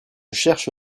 cherche